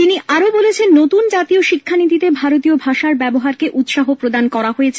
তিনি আরো বলেছেন নতুন জাতীয় শিক্ষানীতিতে ভারতীয় ভাষার ব্যবহারকে উৎসাহ প্রদান করা হয়েছে